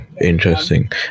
Interesting